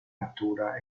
natura